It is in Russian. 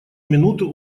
минуту